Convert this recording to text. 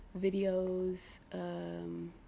videos